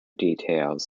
details